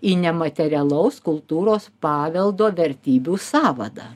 į nematerialaus kultūros paveldo vertybių sąvadą